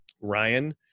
Ryan